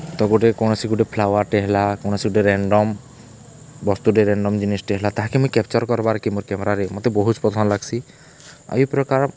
ତ ଗୋଟେ କୌଣସି ଗୋଟେ ଫ୍ଲୱାର୍ଟେ ହେଲା କୌଣସି ଗୋଟେ ରେଣ୍ଡମ୍ ବସ୍ତୁଟେ ରେଣ୍ଡମ୍ ଜିନିଷ୍ଟେ ହେଲା ତାହାକେ ମୁଇଁ କ୍ୟାପ୍ଚର୍ କର୍ବାକେ ମୋର୍ କ୍ୟାମେରାରେ ମତେ ବହୁତ୍ ପସନ୍ଦ୍ ଲାଗ୍ସି ଆଉ ଇ ପ୍ରକାର୍